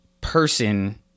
person